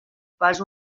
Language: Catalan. pas